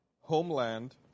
Homeland